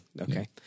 okay